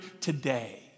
today